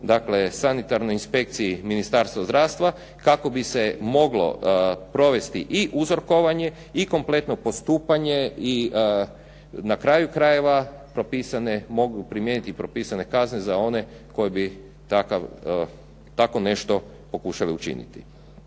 dakle sanitarnoj inspekciji Ministarstva zdravstva kako bi se moglo provesti i uzorkovanje i kompletno postupanje i na kraju krajeva, mogu primijeniti propisane kazne za one koji bi tako nešto pokušali učiniti.